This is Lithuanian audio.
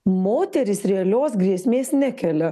moterys realios grėsmės nekelia